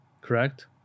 Correct